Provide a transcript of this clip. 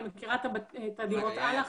אני מכירה את הדירות אל"ח,